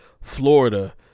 Florida